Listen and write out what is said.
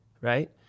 right